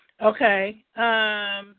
Okay